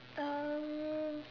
um